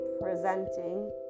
presenting